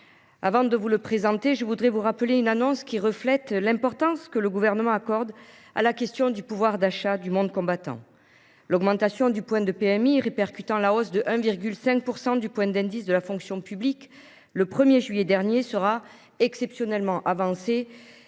Avant de vous présenter cette mission, je voudrais vous rappeler une annonce qui reflète l’importance que le Gouvernement accorde à la question du pouvoir d’achat du monde combattant : l’augmentation du point PMI répercutant la hausse de 1,5 % du point d’indice de la fonction publique du 1 juillet dernier sera exceptionnellement avancée